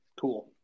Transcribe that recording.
cool